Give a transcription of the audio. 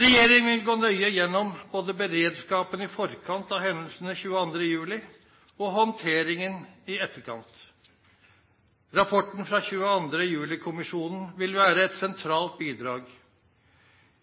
Regjeringen vil gå nøye gjennom både beredskapen i forkant av hendelsene 22. juli og håndteringen i etterkant. Rapporten fra 22. juli-kommisjonen vil være et sentralt bidrag.